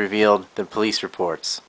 revealed the police reports